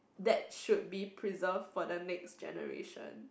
that should be preserved for the next generation